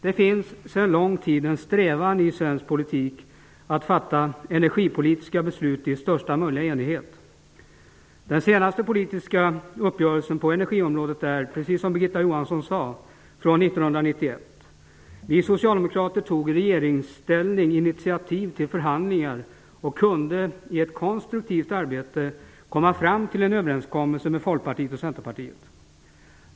Det finns sedan en lång tid tillbaka en strävan i svensk politik att fatta energipolitiska beslut i största möjliga enighet. Den senaste politiska uppgörelsen på energiområdet är, precis som Birgitta Johansson sade, från 1991. Vi socialdemokrater tog i regeringsställning initiativ till förhandlingar och kunde i ett konstruktivt arbete komma fram till en överenskommelse med Folkpartiet och Centerpartiet.